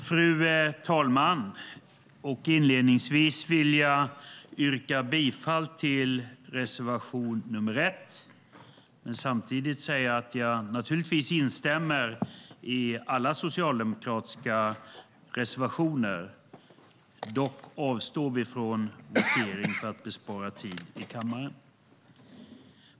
Fru talman! Inledningsvis vill jag yrka bifall till reservation 1 men samtidigt säga att jag naturligtvis instämmer i alla socialdemokratiska reservationer. Dock avstår vi från votering för att spara tid i kammaren.